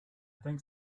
think